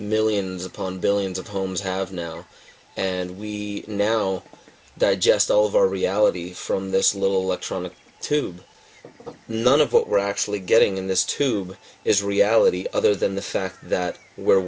millions upon billions of homes have now and we know that just all of our reality from this little trauma tube none of what we're actually getting in this tube is reality other than the fact that we're